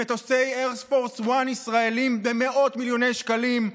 מטוסי אייר פורס 1 ישראליים במאות מיליוני שקלים.